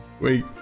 Wait